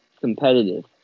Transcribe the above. competitive